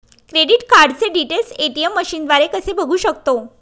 Credit कार्डचे details ATM मशीनद्वारे कसे बघू शकतो?